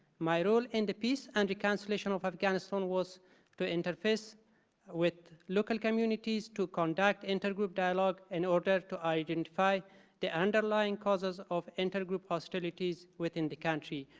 my role in the peace and reconciliation of afghanistan was to interface with local communities to conduct intergroup dialogue in order to identify the underlying causes of intergroup hostilities within the country,